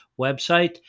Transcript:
website